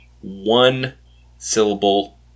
one-syllable